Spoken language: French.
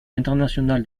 international